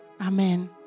amen